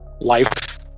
life